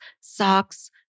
socks